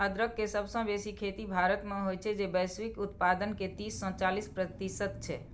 अदरक के सबसं बेसी खेती भारत मे होइ छै, जे वैश्विक उत्पादन के तीस सं चालीस प्रतिशत छै